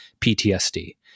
PTSD